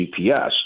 GPS